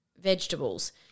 vegetables